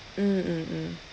mm mm mm